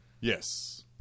Yes